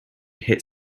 hit